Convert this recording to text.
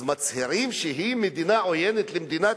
אז מצהירים שהיא מדינה עוינת למדינת